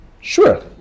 Sure